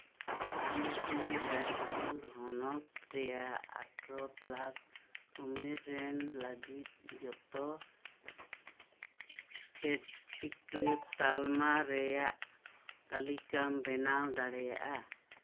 ᱟᱢ ᱠᱤ ᱨᱟᱭᱯᱩᱨ ᱦᱚᱱᱚᱛ ᱨᱮᱭᱟᱜ ᱟᱴᱷᱨᱚ ᱯᱞᱟᱥ ᱩᱢᱮᱨ ᱨᱮᱱ ᱞᱟᱹᱜᱤᱫ ᱡᱚᱛᱚ ᱯᱮᱠᱴᱤᱠᱮᱞ ᱛᱟᱞᱢᱟ ᱨᱮᱭᱟᱜ ᱛᱟᱞᱤᱠᱟᱢ ᱵᱮᱱᱟᱣ ᱫᱟᱲᱮᱭᱟᱜᱼᱟ